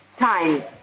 time